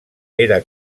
era